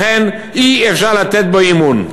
לכן אי-אפשר לתת בו אמון.